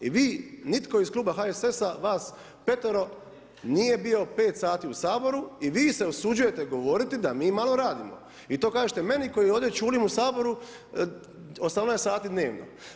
I nitko iz kluba HSS-a, vas petero nije bilo 5 sati u Saboru i vi se usuđujete govorit da mi malo radimo i to kažete meni koji ovdje ćulim u Saboru 18 sati dnevno.